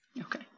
Okay